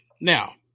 Now